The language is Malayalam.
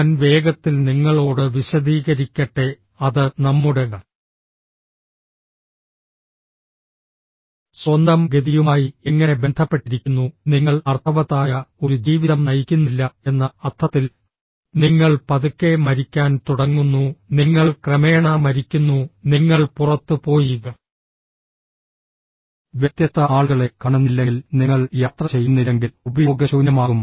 ഞാൻ വേഗത്തിൽ നിങ്ങളോട് വിശദീകരിക്കട്ടെ അത് നമ്മുടെ സ്വന്തം ഗതിയുമായി എങ്ങനെ ബന്ധപ്പെട്ടിരിക്കുന്നു നിങ്ങൾ അർത്ഥവത്തായ ഒരു ജീവിതം നയിക്കുന്നില്ല എന്ന അർത്ഥത്തിൽ നിങ്ങൾ പതുക്കെ മരിക്കാൻ തുടങ്ങുന്നു നിങ്ങൾ ക്രമേണ മരിക്കുന്നു നിങ്ങൾ പുറത്ത് പോയി വ്യത്യസ്ത ആളുകളെ കാണുന്നില്ലെങ്കിൽ നിങ്ങൾ യാത്ര ചെയ്യുന്നില്ലെങ്കിൽ ഉപയോഗശൂന്യമാകും